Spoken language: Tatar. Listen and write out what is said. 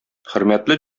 хөрмәтле